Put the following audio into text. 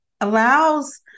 allows